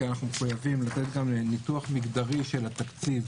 כי אנחנו מחויבים לתת גם ניתוח מגדרי של התקציב.